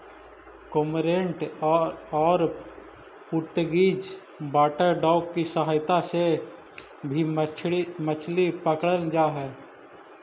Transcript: cormorant और Portuguese water dog की सहायता से भी मछली पकड़रल जा हई